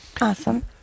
Awesome